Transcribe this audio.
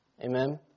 amen